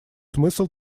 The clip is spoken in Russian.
смысл